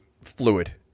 fluid